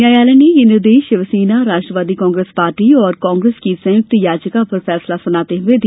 न्यायालय ने ये निर्देश शिवसेना राष्ट्रवादी कांग्रेस पार्टी और कांग्रेस की संयुक्त याचिका पर फैसला सूनाते हुए दिया